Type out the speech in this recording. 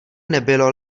nebylo